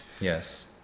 yes